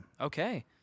Okay